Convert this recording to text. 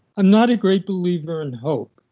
ah not a great believer in hope.